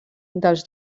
dels